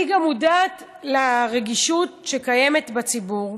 אני גם מודעת לרגישות שקיימת בציבור.